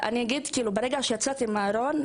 אני גם אגיד שברגע שיצאתי מהארון,